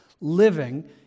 living